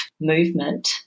movement